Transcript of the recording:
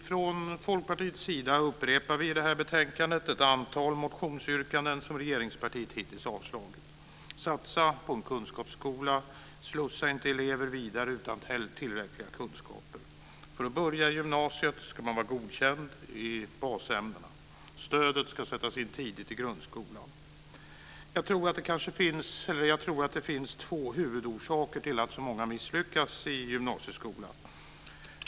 Folkpartiet upprepar i det här betänkandet ett antal motionsyrkanden som regeringspartiet hittills avstyrkt: Satsa på en kunskapsskola! Slussa inte elever vidare utan tillräckliga kunskaper! För att börja gymnasiet ska man vara godkänd i basämnena. Stödet ska sättas in tidigt i grundskolan. Jag tror att det finns två huvudorsaker till att så många misslyckas i gymnasieskolan.